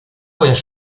voyage